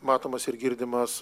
matomas ir girdimas